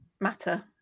matter